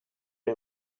les